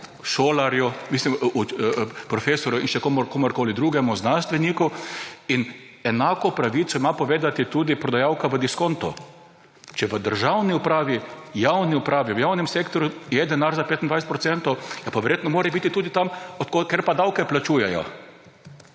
šolarju, mislim profesorju in še komurkoli drugemu, znanstveniku, in enako pravico ima povedati tudi prodajalka v diskontu. Če v državni upravi, javni upravi, v javnem sektorju je denar za 25%, ja pa verjetno mora biti tudi tam kjer davke plačujejo.